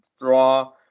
draw